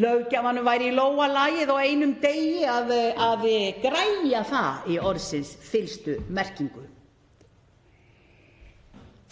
Löggjafanum væri í lófa lagið á einum degi að græja það í orðsins fyllstu merkingu.